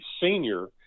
senior